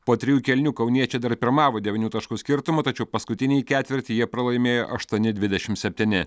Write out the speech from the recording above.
po trijų kėlinių kauniečiai dar pirmavo devynių taškų skirtumu tačiau paskutinįjį ketvirtį jie pralaimėjo aštuoni dvidešimt septyni